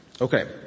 Okay